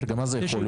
רגע, מה זה "יכול"?